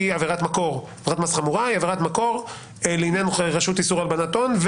היא עבירת מקור לעניין הרשות לאיסור להלבנת הון,